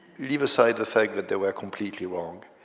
leave aside the fact that they were completely wrong,